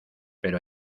pero